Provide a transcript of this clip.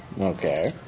Okay